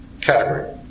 category